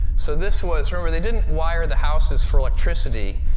so this was remember, they didn't wire the houses for electricity.